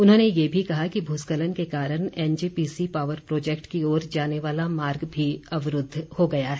उन्होंने ये भी कहा कि भूस्खलन के कारण एनजेपीसी पावर प्रोजेक्ट की ओर जाने वाला मार्ग भी अवरूद्व हो गया है